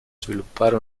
sviluppare